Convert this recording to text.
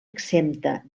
exempta